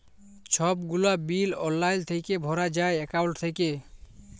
ছব গুলা বিল অললাইল থ্যাইকে ভরা যায় একাউল্ট থ্যাইকে